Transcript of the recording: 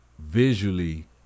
visually